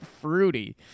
fruity